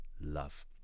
love